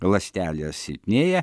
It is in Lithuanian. ląstelės silpnėja